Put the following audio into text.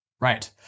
right